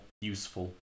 useful